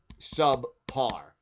subpar